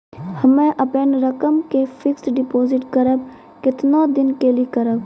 हम्मे अपन रकम के फिक्स्ड डिपोजिट करबऽ केतना दिन के लिए करबऽ?